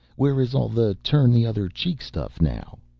where is all the turn-the-other-cheek stuff now?